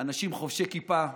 אנשים חובשי כיפה,